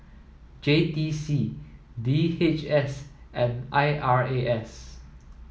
J T C D H S and I R A S